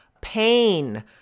pain